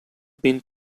been